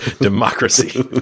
democracy